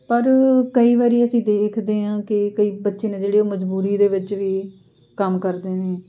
ਪਰ ਕਈ ਵਾਰੀ ਅਸੀਂ ਦੇਖਦੇ ਹਾਂ ਕਿ ਕਈ ਬੱਚੇ ਨੇ ਜਿਹੜੇ ਉਹ ਮਜ਼ਬੂਰੀ ਦੇ ਵਿੱਚ ਵੀ ਕੰਮ ਕਰਦੇ ਨੇ